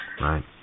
Right